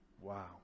Wow